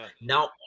now